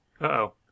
Uh-oh